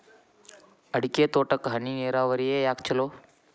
ಅಡಿಕೆ ತೋಟಕ್ಕ ಹನಿ ನೇರಾವರಿಯೇ ಯಾಕ ಛಲೋ?